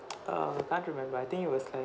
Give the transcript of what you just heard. err can't remember I think it was like